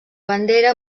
bandera